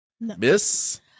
Miss